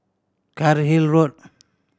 Cairnhill Road